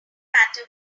matter